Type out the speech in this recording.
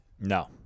No